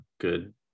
good